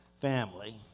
family